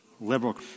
liberal